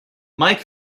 mike